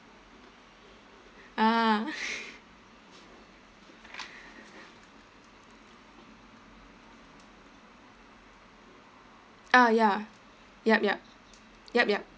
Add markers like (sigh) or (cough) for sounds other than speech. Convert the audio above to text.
ah (laughs) ah ya yup yup yup yup